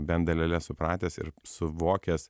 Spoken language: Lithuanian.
bent dalele supratęs ir suvokęs